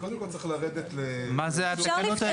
קודם כל צריך לרדת ל --- מה זה התקנות האלה?